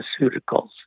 pharmaceuticals